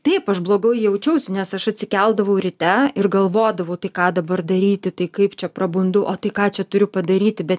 taip aš blogai jaučiausi nes aš atsikeldavau ryte ir galvodavau tai ką dabar daryti tai kaip čia prabundu o tai ką čia turiu padaryti bet